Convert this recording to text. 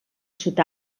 sud